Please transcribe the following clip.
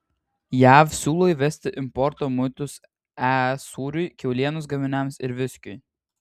jav siūlo įvesti importo muitus es sūriui kiaulienos gaminiams ir viskiui